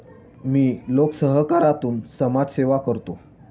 मी लोकसहकारातून समाजसेवा करतो